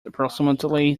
approximately